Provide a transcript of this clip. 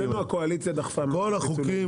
אצלנו הקואליציה דחפה מאוד לפיצולים.